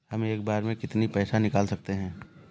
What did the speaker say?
हम एक बार में कितनी पैसे निकाल सकते हैं?